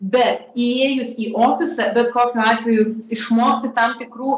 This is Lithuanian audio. bet įėjus į ofisą bet kokiu atveju išmokti tam tikrų